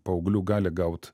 paauglių gali gaut